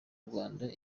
rwanda